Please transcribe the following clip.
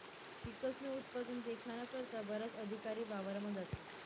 पिकस्नं उत्पादन देखाना करता बराच अधिकारी वावरमा जातस